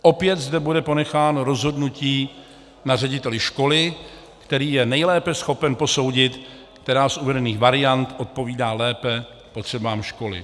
Opět zde bude ponecháno rozhodnutí na řediteli školy, který je nejlépe schopen posoudit, která z uvedených variant odpovídá lépe potřebám školy.